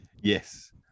Yes